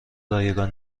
رایگان